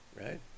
right